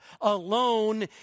alone